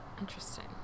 Interesting